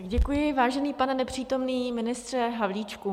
Děkuji, vážený pane nepřítomný ministře Havlíčku.